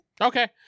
Okay